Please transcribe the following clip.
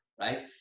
right